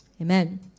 Amen